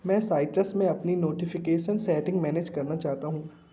मैं साइट्रस में अपनी नोटिफिकेशन सेटिंग मैनेज करना चाहता हूँ